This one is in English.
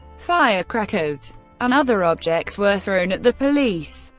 firecrackers and other objects were thrown at the police,